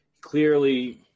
Clearly